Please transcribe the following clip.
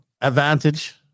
advantage